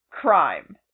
crime